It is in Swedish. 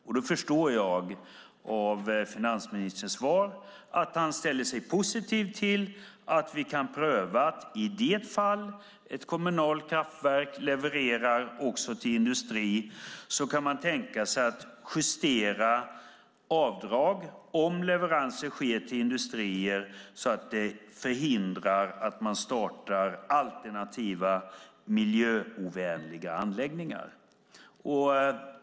Jag förstår av finansministerns svar att han i det fall ett kommunalt kraftverk också levererar till industrin ställer sig positiv till att man kan justera avdrag för att förhindra att alternativa miljöovänliga anläggningar startas.